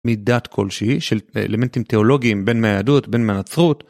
מידת כלשהי של אלמנטים תיאולוגיים בין מהיהדות בין מהנצרות.